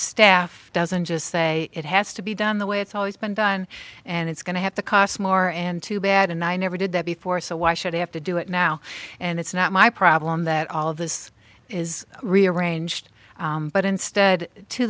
staff doesn't just say it has to be done the way it's always been done and it's going to have to cost more and to bad and i never did that before so why should i have to do it now and it's not my problem that all of this is rearranged but instead to